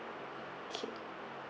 okay